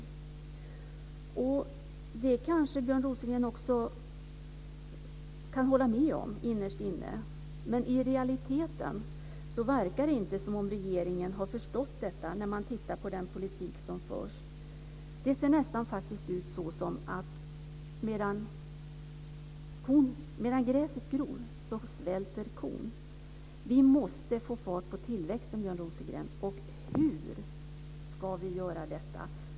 Innerst inne kan kanske Björn Rosengren hålla med om det, men i realiteten verkar det inte som att regeringen har förstått detta med tanke på den politik som förs. Medan gräset gror dör kon. Vi måste får fart på tillväxten, Björn Rosengren. Och hur ska vi åstadkomma detta?